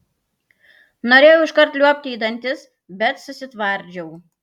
norėjau iškart liuobti į dantis bet susitvardžiau